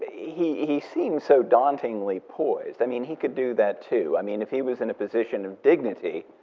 he he seems so dauntingly poised. i mean, he could do that too. i mean, if he was in a position of dignity,